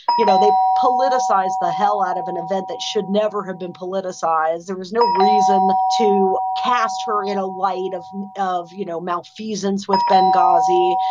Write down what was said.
you know, they politicized the hell out of an event that should never have been politicized. there was no reason to cast her in a light of of, you know, malfeasance with benghazi.